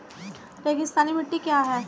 रेगिस्तानी मिट्टी क्या है?